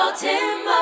Timber